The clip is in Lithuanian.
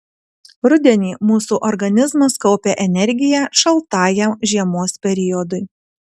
rudenį mūsų organizmas kaupia energiją šaltajam žiemos periodui